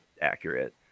accurate